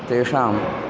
तेषाम्